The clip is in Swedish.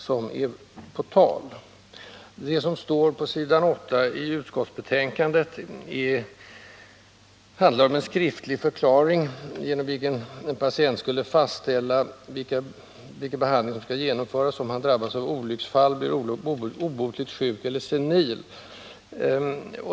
Det som behandlas på s. 8 i betänkandet är en skriftlig förklaring genom vilken en patient har fastställt vilken behandling som skall genomföras om han eller hon skulle drabbas av olycksfall, bli obotligt sjuk eller senil.